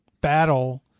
battle